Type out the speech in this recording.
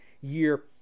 year